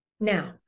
Now